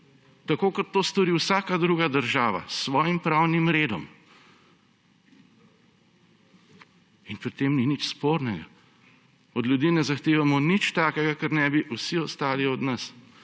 tako kot to stori vsaka druga država s svojim pravnim redom. In pri tem ni nič spornega. Od ljudi ne zahtevamo nič takega, česar ne bi vsi ostali od nas.